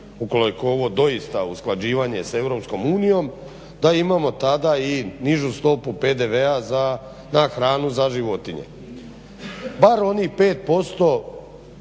ukoliko ovo doista usklađivanje s EU da imamo tada i nižu stopu PDV-a na hranu za životnije, bar onih 5%